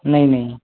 नहीं नहीं